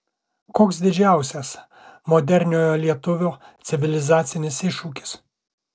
koks didžiausias moderniojo lietuvio civilizacinis iššūkis